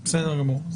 בסדר גמור.